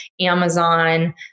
Amazon